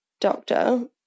doctor